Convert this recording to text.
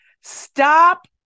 stop